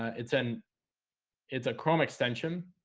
ah it's an it's a chrome extension